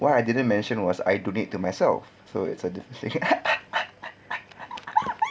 what I didn't mention was I donate to myself so it's a different thing